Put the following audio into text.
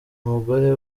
umugore